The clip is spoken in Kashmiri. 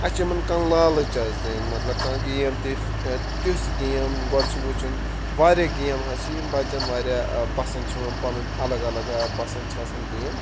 اَسہِ چھِ یِمَن کانٛہہ لالٕچ حظ دِنۍ مطلب کانٛہہ گیم تہِ تژھ گیم گۄڈٕ چھِ وٕچھُن واریاہ گیم حظ چھِ یِم بَچَن واریاہ پَسنٛد چھِ یِوان پَنُن الگ الگ پَسنٛد چھِ آسان گیم